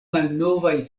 malnovaj